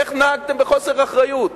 איך נהגתם בחוסר אחריות?